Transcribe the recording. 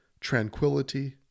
tranquility